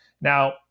Now